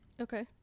Okay